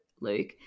Luke